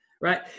Right